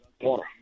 water